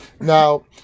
Now